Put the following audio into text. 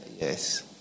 yes